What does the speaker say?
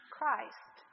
Christ